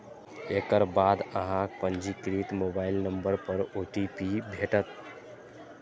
एकर बाद अहांक पंजीकृत मोबाइल नंबर पर ओ.टी.पी भेटत